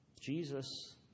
Jesus